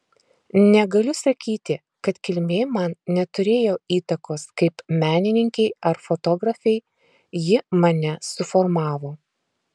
negaliu sakyti kad kilmė man neturėjo įtakos kaip menininkei ar fotografei ji mane suformavo